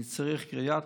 אני צריך גריאטריות,